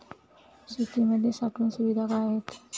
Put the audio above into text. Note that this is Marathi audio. शेतीमध्ये साठवण सुविधा काय आहेत?